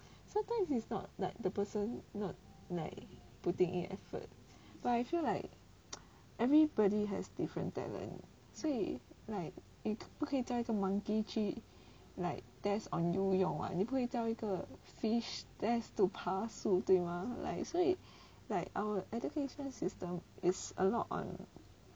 sometimes it's not like the person not like putting in effort but I feel like everybody has different talent 所以你不可以叫一个 monkey 去 like test 游泳你不可以叫一个 fish test to 爬树对吗 like 所以 like our education system is a lot on